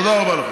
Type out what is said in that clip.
תודה רבה לכם.